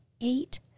eight